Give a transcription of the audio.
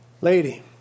Lady